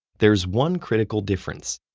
there's one critical difference.